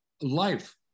life